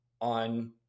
on